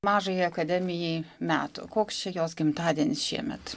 mažajai akademijai metų koks čia jos gimtadienis šiemet